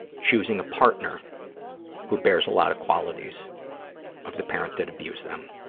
choosing a partner who bears a lot of qualities of the parent that abused them.